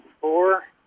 Four